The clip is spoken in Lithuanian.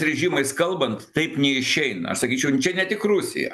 režimais kalbant taip neišeina aš sakyčiau čia ne tik rusija